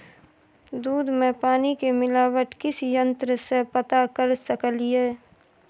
दूध में पानी के मिलावट किस यंत्र से पता कर सकलिए?